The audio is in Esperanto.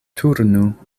turnu